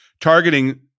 targeting